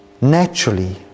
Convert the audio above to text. naturally